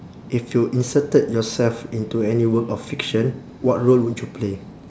if you inserted yourself into any work of fiction what role would you play